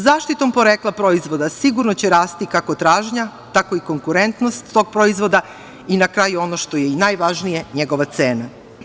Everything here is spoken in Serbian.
Zaštitom porekla proizvoda sigurno će rasti kako tražnja, tako i konkurentnost proizvoda i na kraju, ono što je i najvažnije, njegova cena.